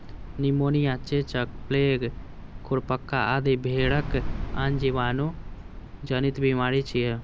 pneumonia, चेचक, plague, खुरपका आदि भेड़क आन जीवाणु जनित बीमारी छियै